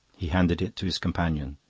he handed it to his companion.